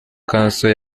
council